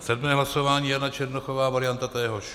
Sedmé hlasování, Jana Černochová, varianta téhož.